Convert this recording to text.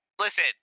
Listen